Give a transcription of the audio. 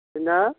नोंना